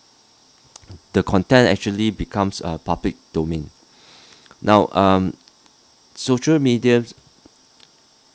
the content actually becomes uh public domain now um social media